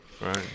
Right